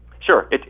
Sure